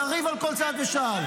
לריב על כל צעד ושעל,